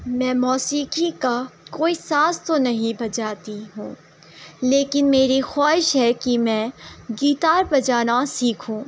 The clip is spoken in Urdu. میں موسیقی کا کوئی ساز تو نہیں بجاتی ہوں لیکن میری خواہش ہے کہ میں گیٹار بجانا سیکھوں